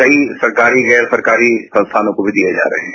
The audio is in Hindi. कई सरकारी गैर सरकारी संस्थानों को भी दिये जा रहे हैं